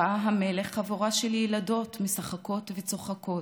ראה המלך חבורה של ילדות משחקות וצוחקות.